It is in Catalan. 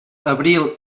abril